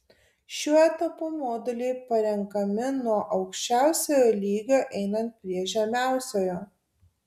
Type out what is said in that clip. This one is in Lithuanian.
šiuo etapu moduliai parenkami nuo aukščiausiojo lygio einant prie žemiausiojo